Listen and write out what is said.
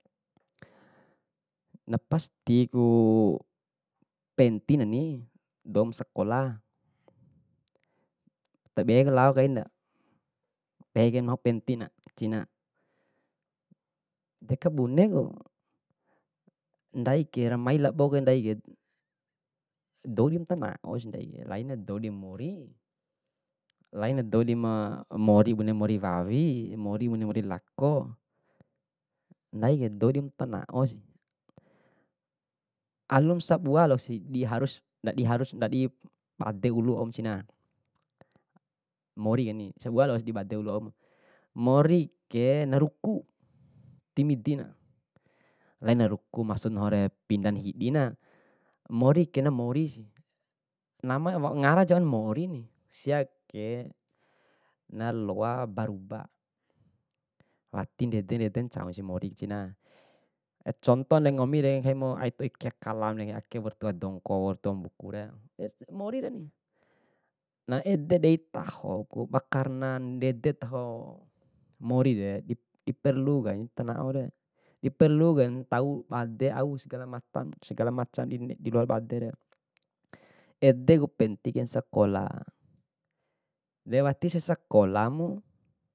Na pastiku pentinani dou masakola, tabeku lao kaina, pehe kaimnahu pentina cina, dekabuneku ndaike ramai laboke ndaike, doum ditanaosi ndaike laina douma dimori, laina doumdima mori bune mori wawi, mori bune mori lako. Ndaike dou dimtanaosi, alum sabua laosidi harus dandi harus ndadi bade ulu waum cina. Morikeni sabua laosi dibade waum morike naruku timidina, laina ruku maksud nahu pindana hidina, morike namorisi namana ngaraja namorini, siake naloa baruba, wati ndede ndede ncaunsi mori cina, econtonde nggomire nggahimu aiputoi kea kalamure ake waura tua dongko waura tua mbukure, moriren na ede dei tahoku bakarnan ndede taho morire, diperlu kaim tanaore, diperlu kaim tau bade au segala macam, segala macam dine diloa badere. Ede pentikain sekola de watisi sakolamu.